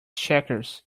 checkers